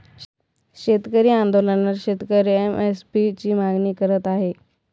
शेतकरी आंदोलनात शेतकरी एम.एस.पी ची मागणी करत आहे